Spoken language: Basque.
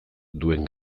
duen